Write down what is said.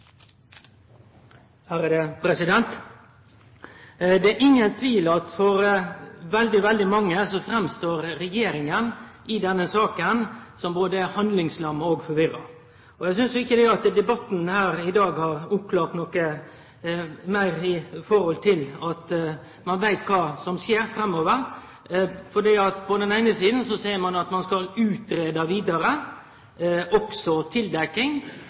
Det er ingen tvil om at for veldig, veldig mange framstår regjeringa i denne saka som både handlingslamma og forvirra. Eg synest ikkje at debatten her i dag har oppklart noko meir kva som skal skje framover. På den eine sida seier ein at ein skal utgreie vidare, også tildekking,